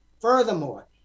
Furthermore